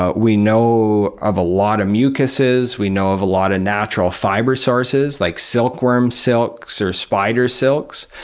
ah we know of a lot of mucuses, we know of a lot of natural fiber sources like silkworm silks or spider silks,